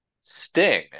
Sting